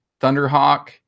Thunderhawk